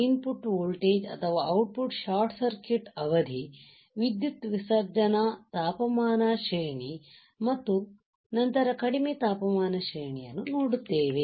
ಇನ್ ಪುಟ್ voltage ಅಥವಾ output short circuit ಅವಧಿ ವಿದ್ಯುತ್ ವಿಸರ್ಜನಾpower dissipation ತಾಪಮಾನ ಶ್ರೇಣಿ ಮತ್ತು ನಂತರ ಕಡಿಮೆ ತಾಪಮಾನ ಶ್ರೇಣಿಯನ್ನು ನೋಡುತ್ತೇವೆ